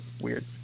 Weird